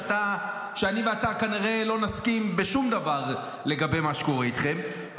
שאני ואתה כנראה לא נסכים בשום דבר לגבי מה שקורה איתכם,